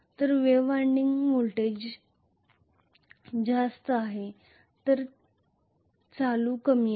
तर wave winding voltage जास्त आहे तर करंट कमी आहे